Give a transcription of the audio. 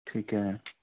ਠੀਕ ਹੈ